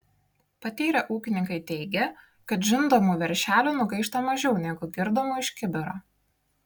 patyrę ūkininkai teigia kad žindomų veršelių nugaišta mažiau negu girdomų iš kibiro